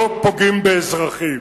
לא פוגעים באזרחים.